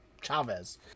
Chavez